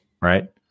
Right